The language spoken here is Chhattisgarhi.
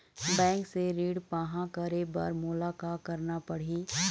बैंक से ऋण पाहां करे बर मोला का करना पड़ही?